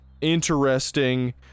interesting